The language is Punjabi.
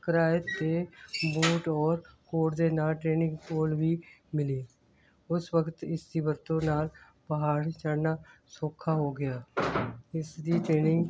ਕਰਾਏ 'ਤੇ ਬੂਟ ਔਰ ਕੋਟ ਦੇ ਨਾਲ ਟ੍ਰੇਨਿੰਗ ਪੋਲ ਵੀ ਮਿਲੀ ਉਸ ਵਕਤ ਇਸ ਦੀ ਵਰਤੋਂ ਨਾਲ ਪਹਾੜ ਚੜ੍ਹਨਾ ਸੌਖਾ ਹੋ ਗਿਆ ਇਸ ਦੀ ਟ੍ਰੇਨਿੰਗ